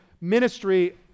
ministry